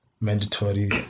mandatory